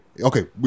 Okay